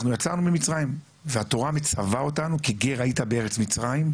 אנחנו יצאנו ממצרים והתורה מצווה אותנו כי גר היית בארץ מצריים,